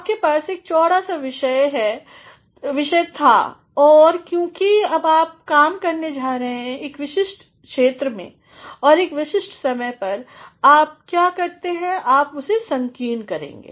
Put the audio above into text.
आपके पास एक चौड़ा विषय था और क्योंकि अब आप काम करने जा रहे हैं एक विशिष्ट क्षेत्र में और एक विशिष्ट विषय पर आप क्या करते हैं आप उसेसंकीर्णकरेंगे